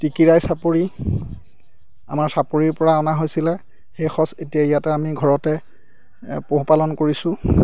টিকিৰাই চাপৰি আমাৰ চাপৰিৰ পৰা অনা হৈছিলে সেই সঁচ এতিয়া ইয়াতে আমি ঘৰতে পোহপালন কৰিছোঁ